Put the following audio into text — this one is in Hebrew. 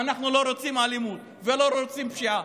ואנחנו לא רוצים אלימות ולא רוצים פשיעה.